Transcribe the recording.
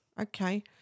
okay